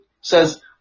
says